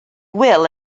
wil